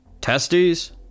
Testies